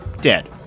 dead